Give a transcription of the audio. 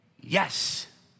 yes